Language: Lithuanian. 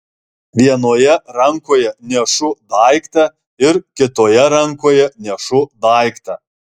vienoje rankoje nešu daiktą ir kitoje rankoje nešu daiktą